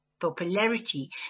popularity